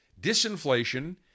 Disinflation